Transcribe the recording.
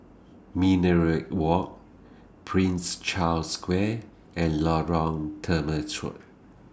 Minaret Walk Prince Charles Square and Lorong Temechut